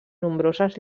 nombroses